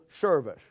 service